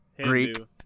Greek